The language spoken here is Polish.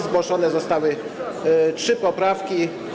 Zgłoszone zostały trzy poprawki.